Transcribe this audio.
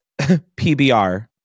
PBR